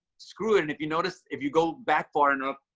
screw it. and if you notice, if you go back far enough,